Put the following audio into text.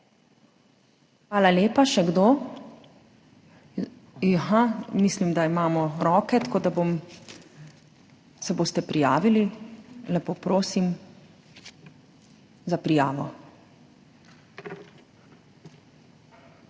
Hvala lepa. Še kdo? (Da.) Ja, mislim, da imamo roke, tako da bom, se boste prijavili? Lepo prosim za prijavo.